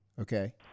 okay